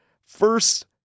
first